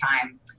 time